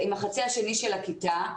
החצי השני של הכיתה.